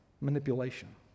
manipulation